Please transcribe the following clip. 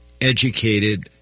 educated